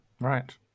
Right